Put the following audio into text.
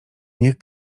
niech